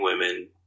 women